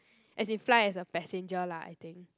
as in fly as a passenger lah I think